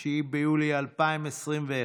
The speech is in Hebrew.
9 ביולי 2021,